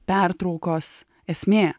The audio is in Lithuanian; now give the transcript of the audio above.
pertraukos esmė